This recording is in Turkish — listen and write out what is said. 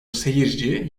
seyirci